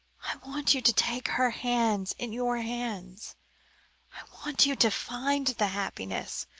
i want you to take her hands in your hands i want you to find the happiness,